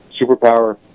superpower